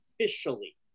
officially